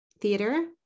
theater